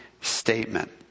statement